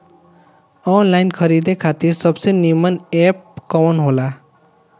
Online खरीदे खातिर सबसे नीमन एप कवन हो ला?